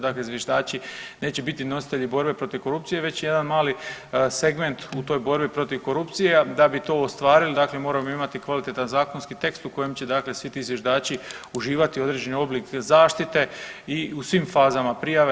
Dakle, zviždači neće biti nositelji borbe protiv korupcije već jedan mali segment u toj borbi protiv korupcije a da bi to ostvarili dakle moramo imati kvalitetan zakonski tekst u kojem će dakle svi ti zviždači uživati određeni oblik zaštite u svim fazama prijave.